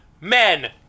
men